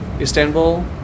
Istanbul